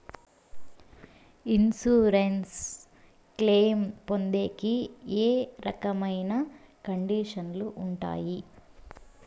Insurance claim పొందేకి ఏ రకమైన కండిషన్లు ఉంటాయి?